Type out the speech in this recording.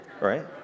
right